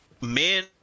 men